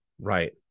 Right